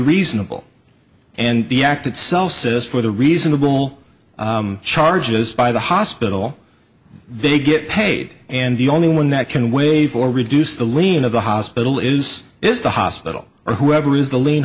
reasonable and the act itself says for the reasonable charges by the hospital they get paid and the only one that can waive or reduce the lien of the hospital is is the hospital or whoever is the